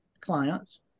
clients